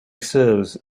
serves